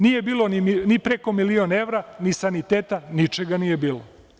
Nije bilo ni preko milion evra, ni saniteta, ničega nije bilo.